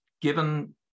Given